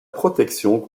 protection